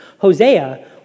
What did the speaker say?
Hosea